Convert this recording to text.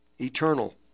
eternal